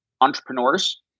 entrepreneurs